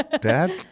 Dad